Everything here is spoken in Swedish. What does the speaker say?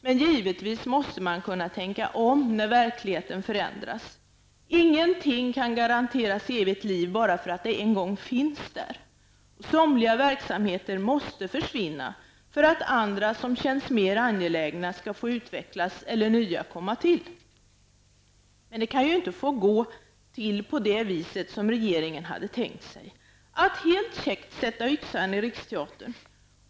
Men givetvis måste man kunna tänka om när verkligheten förändras. Ingenting kan garanteras evigt liv bara därför att det en gång finns där. Somliga verksamheter måste försvinna för att andra som känns mer angelägna skall få utvecklas eller nya komma till. Men det kan ju inte få gå till på det viset som regeringen hade tänkt sig, dvs. att helt käckt sätta yxan i Riksteatern.